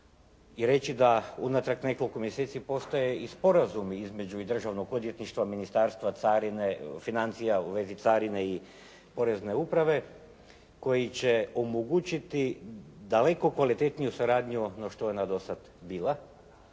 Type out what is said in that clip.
i reći da unatrag nekoliko mjeseci postoje i sporazumi između i Državnog odvjetništva, ministarstva, carine, financija u vezi carine i Porezne uprave koji će omogućiti daleko kvalitetniju suradnju no što je ona do sad bila